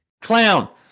Clown